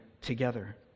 together